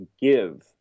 give